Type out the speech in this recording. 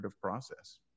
process